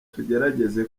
tugerageze